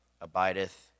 abideth